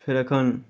फेर एखन